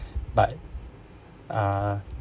but uh